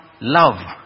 love